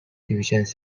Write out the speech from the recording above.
divisions